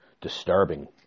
disturbing